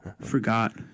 Forgot